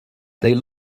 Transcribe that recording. they